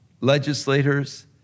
legislators